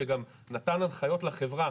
שגם נתן הנחיות לחברה,